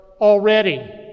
already